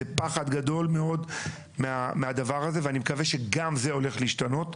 זה פחד גדול מאוד מהדבר הזה ואני מקווה שגם זה הולך להשתנות.